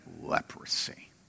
leprosy